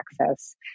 access